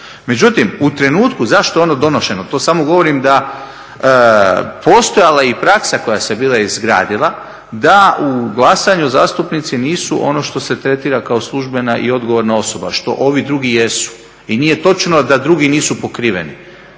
Međutim, u trenutku zašto je ono donošeno to samo govorim da postojala je i praksa koja se bila izgradila da u glasanju zastupnici nisu ono što se tretira kao službena i odgovorna osoba što ovi drugi jesu. I nije točno da drugi nisu pokriveni,